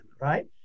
Right